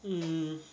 mm